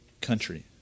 country